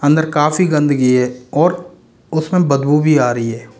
अंदर काफ़ी गंदगी है और उसमें बदबू भी आ रही है